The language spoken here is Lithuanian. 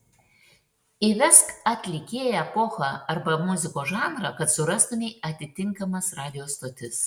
įvesk atlikėją epochą arba muzikos žanrą kad surastumei atitinkamas radijo stotis